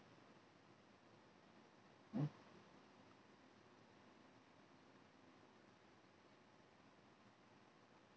mm